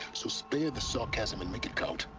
so spare the sarcasm and make it count